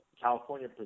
California